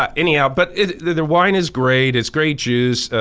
um anyhow, but their their wine is great, it's great juice.